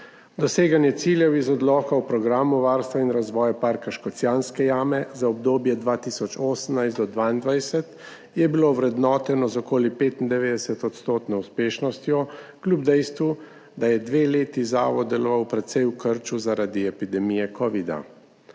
Doseganje ciljev iz Odloka o Programu varstva in razvoja Parka Škocjanske jame za obdobje 2018–2022 je bilo ovrednoteno z okoli 95-odstotno uspešnostjo, kljub dejstvu, da je dve leti zavod deloval precej v krču zaradi epidemije covid.